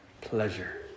pleasure